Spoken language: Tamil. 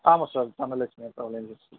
ஆமாம் சார் தனலட்சுமி ட்ராவல் ஏஜென்ஸி